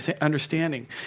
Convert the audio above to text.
understanding